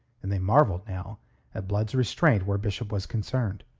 and they marvelled now at blood's restraint where bishop was concerned.